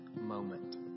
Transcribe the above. moment